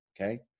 Okay